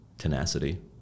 Tenacity